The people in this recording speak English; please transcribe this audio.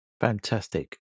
Fantastic